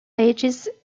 ages